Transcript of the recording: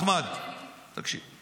אחמד, תקשיב.